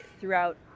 throughout